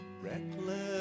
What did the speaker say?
reckless